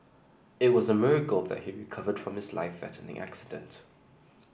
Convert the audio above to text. it was a miracle that he recovered from his life threatening accident